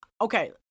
okay